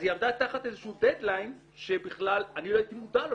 אז היא עמדה תחת איזשהו דדליין שאני בכלל לא הייתי מודע לו.